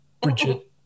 Bridget